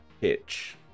pitch